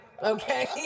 Okay